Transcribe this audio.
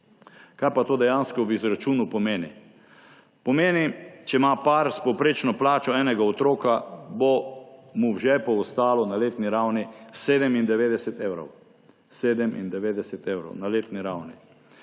Kaj pa to dejansko v izračunu pomeni? Pomeni, če ima par s povprečno plačo enega otroka, mu bo v žepu ostalo na letni ravni 97 evrov.